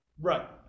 right